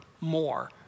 more